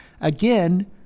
Again